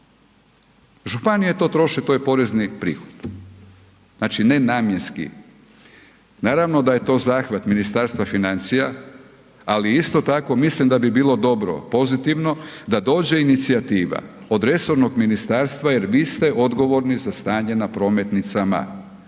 Županije to troše to je porezni prihod, znači ne namjenski. Naravno da je to zahvat Ministarstva financija, ali isto tako mislim da bi bilo dobro pozitivno da dođe inicijativa od resornog ministarstva jer vi ste odgovorni za stanje na prometnicama,